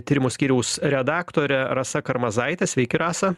tyrimų skyriaus redaktore rasa karmazaite sveiki rasa